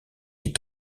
des